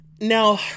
Now